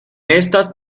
estas